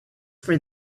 for